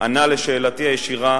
ענה על שאלתי הישירה,